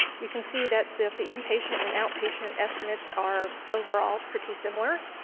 you can see that the inpatient and outpatient estimates are overall pretty similar,